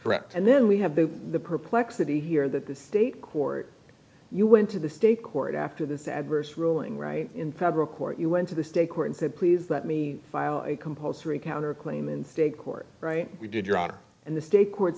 direct and then we have the the perplexity here that the state court you went to the state court after this adverse ruling right in federal court you went to the state court and said please let me file a compulsory counterclaim in state court right we did your honor and the state court